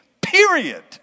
Period